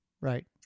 Right